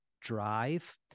drive